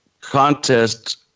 contest